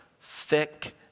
thick